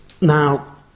Now